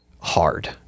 Hard